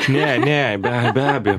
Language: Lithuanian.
ne ne bea be abejo